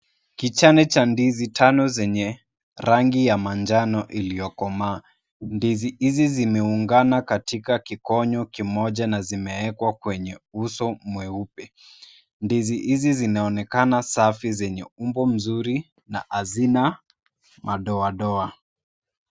Kichane cha ndizi tano zenye rangi ya manjano iliyokomaa. Ndizi hizi zimeungana katika kikonyo kimoja na zimeekwa kwenye uso mweupe. Ndizi hizi zinaonekana safi zenye umbo nzuri na hazina, madoadoa.